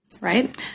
right